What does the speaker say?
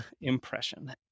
impression